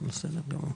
בסדר.